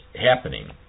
happening